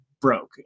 broke